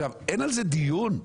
אין על זה דיון?